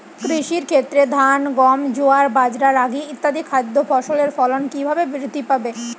কৃষির ক্ষেত্রে ধান গম জোয়ার বাজরা রাগি ইত্যাদি খাদ্য ফসলের ফলন কীভাবে বৃদ্ধি পাবে?